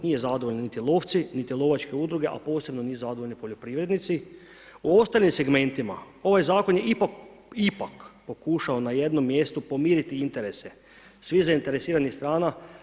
Nisu zadovoljni niti lovci, niti lovačke udruge a posebno nisu zadovoljni poljoprivrednici, u ostalim segmentima ovaj Zakon je ipak, ipak pokušao na jednom mjestu pomiriti interese svih zainteresiranih strana.